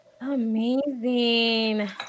amazing